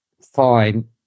Fine